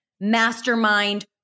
mastermind